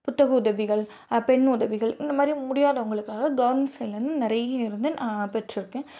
புத்தக உதவிகள் பென் உதவிகள் இந்தமாதிரி முடியாதவங்களுக்காக கவர்மெண்ட் சைட்லேருந்து நிறைய இருந்து நான் பெற்றிருக்கேன்